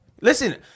Listen